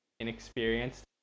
Inexperienced